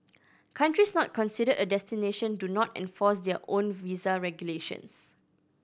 countries not considered a destination do not enforce their own visa regulations